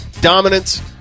dominance